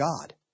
God